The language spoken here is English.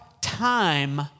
time